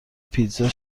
پیتزا